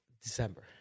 December